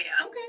Okay